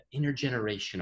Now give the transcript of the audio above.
intergenerational